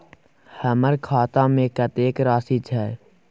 हमर खाता में कतेक राशि छै?